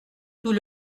tout